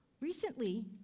Recently